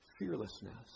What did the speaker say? fearlessness